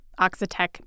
Oxitec